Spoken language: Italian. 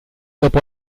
dopo